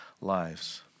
lives